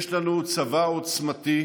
יש לנו צבא עוצמתי,